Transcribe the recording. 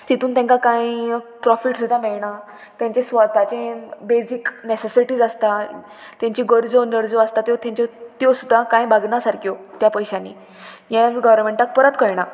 तितून तांकां कांय प्रोफीट सुद्दां मेळना तेंचे स्वताचें बेजीक नॅसेसिटीज आसता तेंच्यो गरजो नर्जो आसता त्यो तेंच्यो त्यो सुद्दां कांय भागना सारक्यो त्या पयशांनी हें गोवोरमेंटाक परत कळना